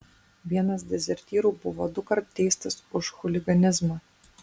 vienas dezertyrų buvo dukart teistas už chuliganizmą